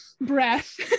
breath